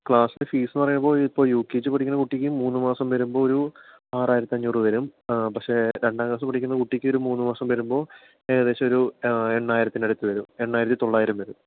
ക്ലാസ്സിൻ്റെ ഫീസ് എന്നു പറയുമ്പോൾ ഒരു ഇപ്പോൾ യു കെ ജി പഠിക്കുന്ന കുട്ടിക്ക് മൂന്ന് മാസം വരുമ്പോൾ ഒരു ആറായിരത്തി അഞ്ഞൂറ് രൂപ വരും പക്ഷെ രണ്ടാം ക്ലാസ്സിൽ പഠിക്കുന്ന കുട്ടിക്ക് ഒരു മൂന്ന് മാസം വരുമ്പോൾ ഏകദേശം ഒരു എണ്ണായിരത്തിനടുത്ത് വരും എണ്ണായിരത്തി തൊള്ളായിരം വരും